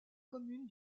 commune